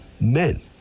men